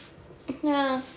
ya